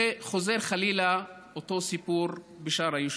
וחוזר חלילה, אותו סיפור בשאר היישובים.